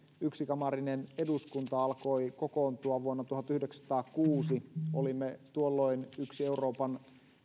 yksikamarinen eduskunta alkoi kokoontua vuonna tuhatyhdeksänsataakuusi olimme tuolloin edelleen yksi euroopan